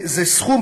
זה סכום,